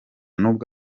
nubwo